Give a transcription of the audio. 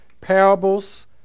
parables